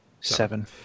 Seven